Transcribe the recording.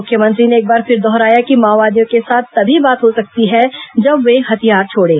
मुख्यमंत्री ने एक बार फिर दोहराया कि माओवादियों के साथ तभी बात हो सकती है जब वो हथियार छोड़ें